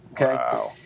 Okay